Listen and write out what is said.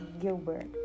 Gilbert